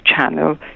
channel